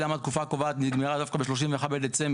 למה התקופה הקובעת נגמרה דווקא ב-31 בדצמבר.